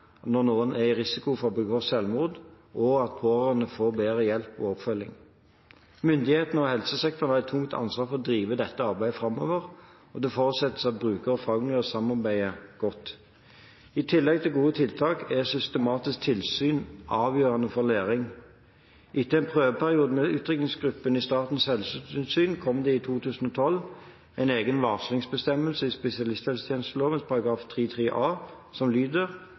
når noen er i risiko for å begå selvmord, og at pårørende får bedre hjelp og oppfølging. Myndighetene og helsesektoren har et tungt ansvar for å drive dette arbeidet framover, og det forutsetter at bruker- og fagmiljøer samarbeider godt. I tillegg til gode tiltak er systematisk tilsyn avgjørende for læring. Etter en prøveperiode med utrykningsgruppen i Statens helsetilsyn, kom det i 2012 en egen varslingsbestemmelse i spesialisthelsetjenesteloven § 3-3 a, som lyder: